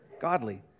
godly